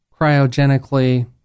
cryogenically